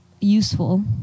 useful